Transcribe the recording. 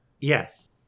Yes